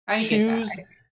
Choose